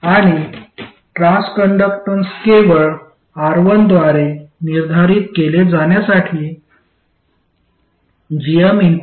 आणि ट्रान्सकंडक्टन्स केवळ R1 द्वारे निर्धारित केले जाण्यासाठी gmR1 1